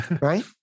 right